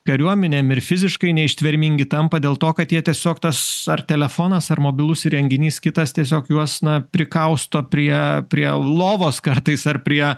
kariuomenėm ir fiziškai neištvermingi tampa dėl to kad jie tiesiog tas ar telefonas ar mobilus įrenginys kitas tiesiog juos na prikausto prie prie lovos kartais ar prie